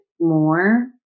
more